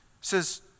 says